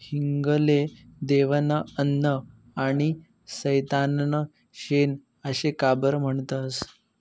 हिंग ले देवनं अन्न आनी सैताननं शेन आशे का बरं म्हनतंस?